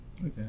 okay